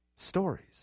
stories